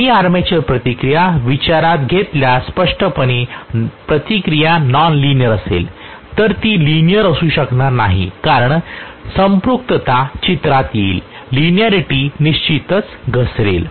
आम्ही आर्मेचर प्रतिक्रिया विचारात घेतल्यास स्पष्टपणे प्रतिक्रिया नॉन लिनिअर असेल तर ती लिनिअर असू शकत नाही कारण संपृक्तता चित्रात येईल लिनिअरिटी निश्चितच घसरेल